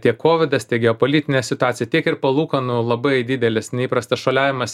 tiek kovidas tiek geopolitinė situacija tiek ir palūkanų labai didelis neįprastas šuoliavimas